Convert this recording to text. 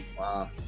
Wow